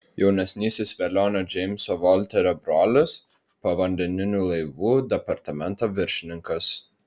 jaunesnysis velionio džeimso volterio brolis povandeninių laivų departamento viršininkas